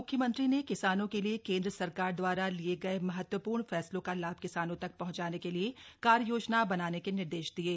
मुख्यमंत्री ने किसानों के लिए केन्द्र सरकार दवारा लिये गए महत्वपूर्ण फैसलों का लाभ किसानों तक पहंचाने के लिए कार्ययोजना बनाने के निर्देश दिये